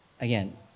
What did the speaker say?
again